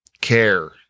care